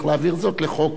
צריך להעביר זאת לחוק